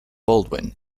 baldwin